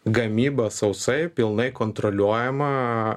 gamybą sausai pilnai kontroliuojama